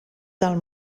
del